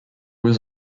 was